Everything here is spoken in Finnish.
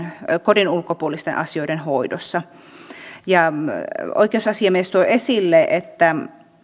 kodin ulkopuolisten asioiden hoidossa oikeusasiamies tuo esille että